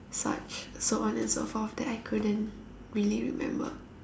such so on and so forth that I couldn't really remember